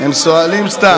הם שואלים סתם.